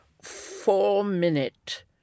four-minute